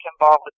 involved